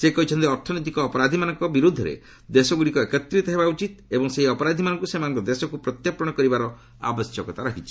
ସେ କହିଛନ୍ତି ଅର୍ଥନୈତିକ ଅପରାଧୀମାନଙ୍କ ବିରୋଧରେ ଦେଶଗୁଡ଼ିକ ଏକତ୍ରିତା ହେବା ଉଚିତ ଏବଂ ସେହି ଅପରାଧୀମାନଙ୍କୁ ସେମାନଙ୍କ ଦେଶକୁ ପ୍ରତ୍ୟର୍ପଣ କରିବାର ଆବଶ୍ୟକତା ରହିଛି